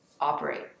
operate